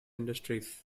industries